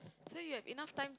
so you have enough time to